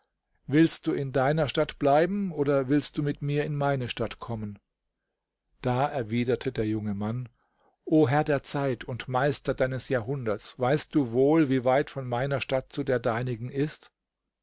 willst du in deiner stadt bleiben oder willst du mit mir in meine stadt kommen da erwiderte der junge mann o herr der zeit und meister deines jahrhunderts weißt du wohl wie weit von meiner stadt zu der deinigen ist